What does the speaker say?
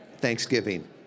Thanksgiving